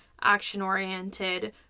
action-oriented